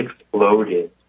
exploded